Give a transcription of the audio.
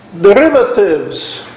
derivatives